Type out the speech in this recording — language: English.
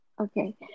Okay